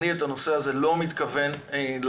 אני את הנושא הזה לא מתכוון לעזוב.